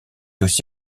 aussi